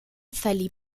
verlieh